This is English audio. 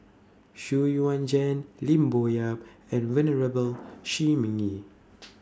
Xu Yuan Zhen Lim Bo Yam and Venerable Shi Ming Yi